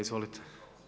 Izvolite.